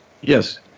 Yes